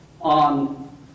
on